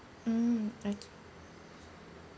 mm okay